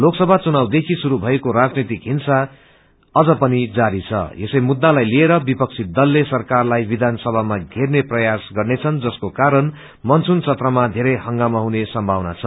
लोकसभा चुनाव देखि शुरू भएको राजनितिक हिंसा अझ पनि जारी छं यसै मुद्दालाई लिएर विपक्षी दलले सरकारलाइ विधानसभामा धेर्ने प्रयास गर्नेछन् जसको कारण कानसून सत्रमा धेरै हंगामा हुने सम्भावन छ